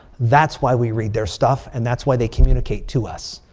that's why we read their stuff. and that's why they communicate to us.